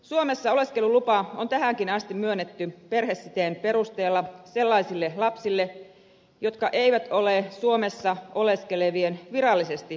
suomessa oleskelulupa on tähänkin asti myönnetty perhesiteen perusteella sellaisille lapsille jotka eivät ole suomessa oleskelevien virallisesti huollettavia